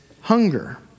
hunger